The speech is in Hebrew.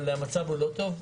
המצב הוא לא טוב.